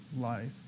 life